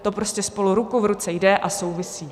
To prostě spolu ruku v ruce jde a souvisí.